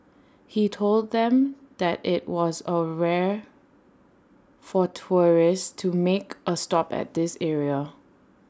he told them that IT was A rare for tourists to make A stop at this area